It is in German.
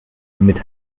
mit